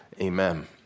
Amen